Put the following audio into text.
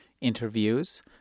interviews